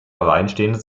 alleinstehende